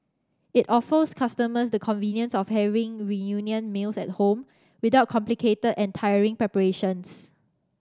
it offers customers the convenience of having reunion meals at home without complicated and tiring preparations